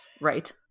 Right